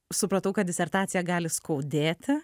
supratau kad disertacija gali skaudėti